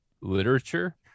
literature